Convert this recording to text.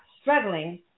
struggling